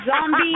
zombie